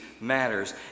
matters